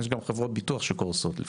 לפעמים, יש גם חברות ביטוח שקורסות,